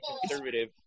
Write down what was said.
conservative